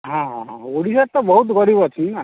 ହଁ ହଁ ହଁ ଓଡ଼ିଶାରେ ତ ବହୁତ ଗରିବ ଅଛନ୍ତି ନା